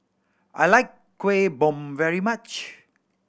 I like Kueh Bom very much